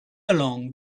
along